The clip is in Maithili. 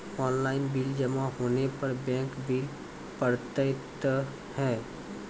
ऑनलाइन बिल जमा होने पर बैंक बिल पड़तैत हैं?